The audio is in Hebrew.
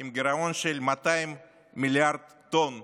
עם גירעון של 200 מיליון טון בגבינה.